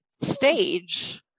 stage